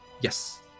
yes